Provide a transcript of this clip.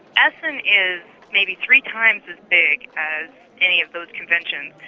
essen is maybe three times as big as any of those conventions,